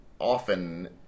often